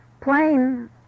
Plain